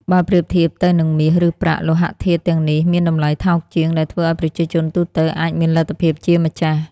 បើប្រៀបធៀបទៅនឹងមាស ឬប្រាក់ លោហៈធាតុទាំងនេះមានតម្លៃថោកជាង ដែលធ្វើឲ្យប្រជាជនទូទៅអាចមានលទ្ធភាពជាម្ចាស់។